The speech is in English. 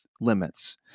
limits